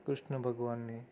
કૃષ્ણ ભગવાનની